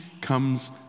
comes